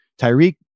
Tyreek